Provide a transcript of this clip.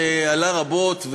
שעלה רבות,